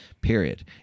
period